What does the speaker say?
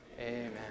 Amen